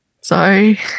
Sorry